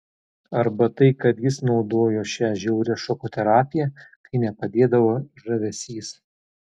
arba tai kad jis naudojo šią žiaurią šoko terapiją kai nepadėdavo žavesys